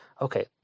Okay